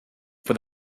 for